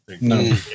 No